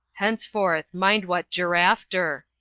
henceforth, mind what giraffe ter!